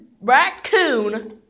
raccoon